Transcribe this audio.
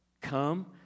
Come